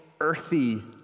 earthy